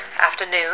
afternoon